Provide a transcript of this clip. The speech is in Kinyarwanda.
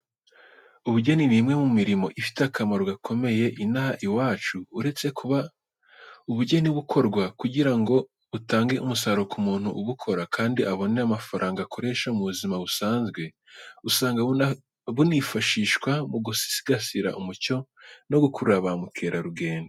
Ubugeni ni imwe mu mirimo ifite akamaro gakomeye inaha iwacu. Uretse kuba ubugeni bukorwa kugira ngo butange umusaruro ku muntu ubukora kandi abone amafaranga akoresha mu buzima busanzwe. Usanga bunifashishwa mu gusigasira umuco no gukurura ba mukerarugendo.